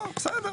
לא, בסדר.